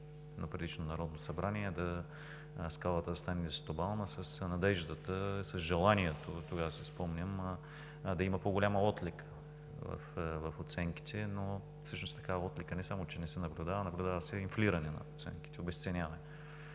в предишно Народно събрание скалата да стане десетобална с надеждата, с желанието тогава да има по-голяма отлика в оценките, но такава отлика не само че не се наблюдава, наблюдава се инфлиране на оценките, обезценяване.